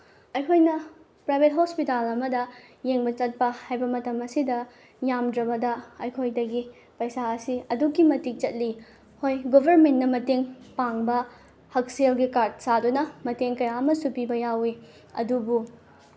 ꯑꯩꯈꯣꯏꯅ private hospital ꯑꯃꯗ ꯌꯦꯡꯕ ꯆꯠꯄ ꯍꯥꯏꯕ ꯃꯇꯝꯗ ꯑꯁꯤꯗ ꯌꯥꯝꯗ꯭ꯔꯕꯗ ꯑꯩꯈꯣꯏꯗꯒꯤ ꯄꯩꯁꯥ ꯑꯁꯤ ꯑꯗꯨꯛꯀꯤ ꯃꯇꯤꯛ ꯆꯠꯂꯤ ꯍꯣꯏ ꯒꯣꯕꯔꯃꯦꯟꯅ ꯃꯇꯦꯡ ꯄꯥꯡꯕ ꯍꯛꯁꯦꯜꯒꯤ ꯀꯥꯔꯠ ꯁꯥꯗꯨꯅ ꯃꯇꯦꯡ ꯀꯌꯥ ꯑꯃꯁꯨ ꯄꯤꯕ ꯌꯥꯎꯋꯤ ꯑꯗꯨꯕꯨ